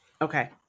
Okay